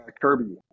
Kirby